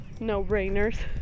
no-brainers